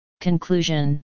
Conclusion